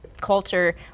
culture